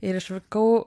ir išvykau